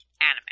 anime